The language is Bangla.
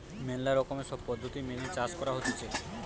ম্যালা রকমের সব পদ্ধতি মেনে চাষ করা হতিছে